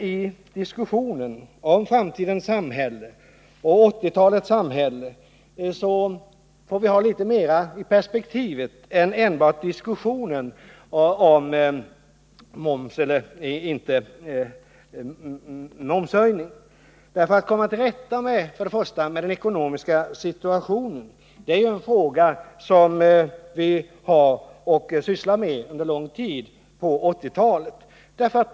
I diskussionen om 1980-talets och framtidens samhälle måste vi ha litet mera perspektiv än enbart diskussionen om momshöjning. Att komma till rätta med den ekonomiska situationen är ju en fråga som vi har att syssla med under lång tid på 1980-talet.